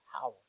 power